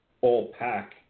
all-pack